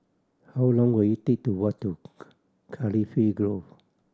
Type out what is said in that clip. how long will it take to walk to Cardifi Grove